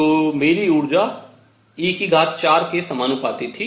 तो मेरी ऊर्जा e4 के समानुपाती थी